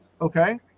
Okay